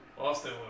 Austin